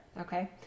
okay